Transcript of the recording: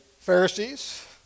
Pharisees